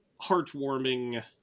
heartwarming